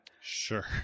sure